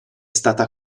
stata